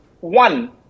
One